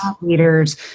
leaders